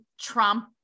Trump